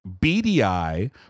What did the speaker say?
BDI